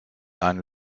einen